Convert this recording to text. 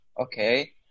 okay